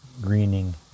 greening